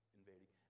invading